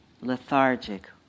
lethargic